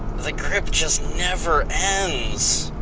the grip just never ends.